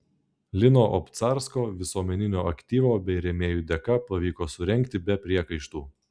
lino obcarsko visuomeninio aktyvo bei rėmėjų dėka pavyko surengti be priekaištų